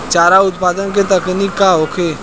चारा उत्पादन के तकनीक का होखे?